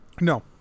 No